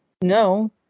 No